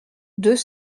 deux